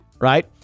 right